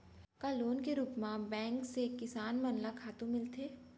का लोन के रूप मा बैंक से किसान मन ला खातू मिलथे?